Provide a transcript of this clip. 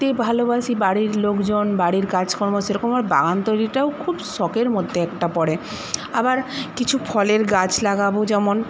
তে ভালোবাসি বাড়ির লোকজন বাড়ির কাজকর্ম সেরকম আমার বাগান তৈরিটাও খুব শখের মধ্যে একটা পরে আবার কিছু ফলের গাছ লাগাবো যেমন